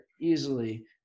easily